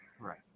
right